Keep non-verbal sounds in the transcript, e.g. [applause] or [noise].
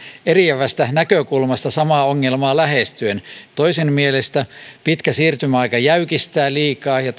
eriävästä näkökulmasta samaa ongelmaa lähestyen toisen mielestä pitkä siirtymäaika jäykistää liikaa ja [unintelligible]